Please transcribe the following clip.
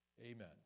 amen